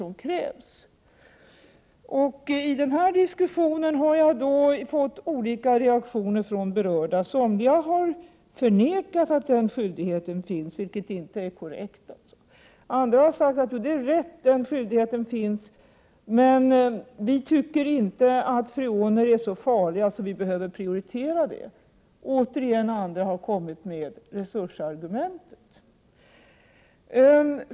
I diskussionen på detta område har jag fått olika reaktioner från de berörda. Somliga har förnekat att den skyldigheten finns, vilket alltså inte är korrekt. Andra har sagt att den skyldigheten finns men att de inte tycker att freoner är så farliga att vi behöver prioritera åtgärder mot freoner. Återigen andra har anfört resursargumentet.